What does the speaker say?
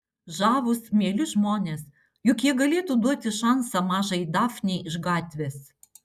žavūs mieli žmonės juk jie galėtų duoti šansą mažajai dafnei iš gatvės